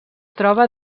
troba